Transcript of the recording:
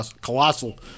Colossal